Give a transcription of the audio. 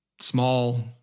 small